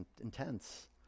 intense